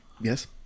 Yes